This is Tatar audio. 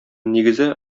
нигезе